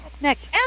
next